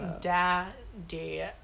Daddy